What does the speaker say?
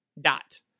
dot